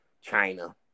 China